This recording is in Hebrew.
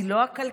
היא לא הכלכלה,